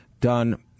done